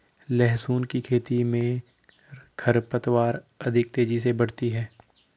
लहसुन की खेती मे खरपतवार अधिक तेजी से बढ़ती है